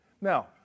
Now